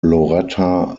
loretta